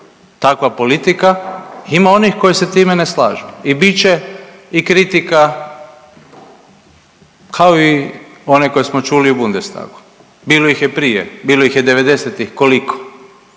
takva politika ima onih koji se time ne slažu i bit će i kritika kao i one koje smo čuli u Bundestagu, bilo ih je prije, bilo ih je '90. koliko,